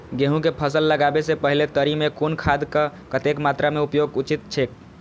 गेहूं के फसल लगाबे से पेहले तरी में कुन खादक कतेक मात्रा में उपयोग उचित छेक?